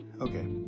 Okay